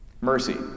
Mercy